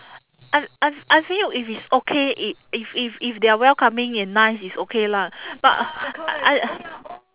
I I I feel if it's okay i~ if if if they're welcoming and nice it's okay lah but uh I